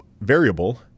variable